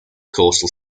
coastal